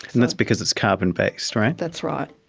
and that's because it's carbon based, right? that's right.